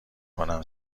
کنم